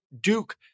Duke